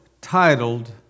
titled